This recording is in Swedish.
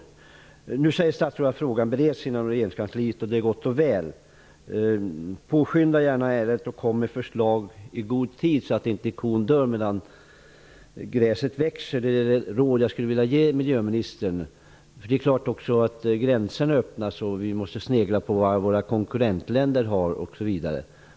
Statsrådet säger nu att frågan bereds inom regeringskansliet. Det är gott och väl. Påskynda gärna ärendet och kom med förslag i god tid, så att inte kon dör medan gräsetväxer. Det är ett råd somjag skulle vilja ge miljöministern. Det är klart att när gränserna nu öppnas måste vi snegla på vad våra konkurrentländer gör.